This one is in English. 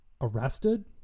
Arrested